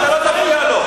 אתה לא תפריע לו.